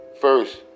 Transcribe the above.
First